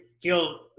feel